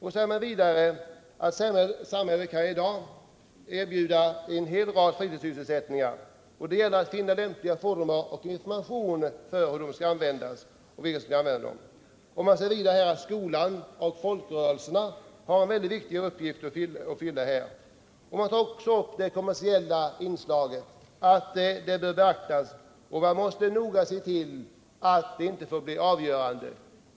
Man anför vidare att samhället i dag kan erbjuda en hel rad fritidssysselsättningar och att det gäller att finna lämpliga former för information. Man säger att skolan och folkrörelserna har en viktig uppgift att fylla här och tar också upp det kommersiella inslaget och säger att man måste se till att det inte blir avgörande.